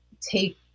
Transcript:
take